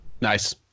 Nice